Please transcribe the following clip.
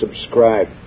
subscribe